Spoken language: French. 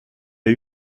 les